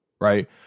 Right